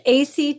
ACT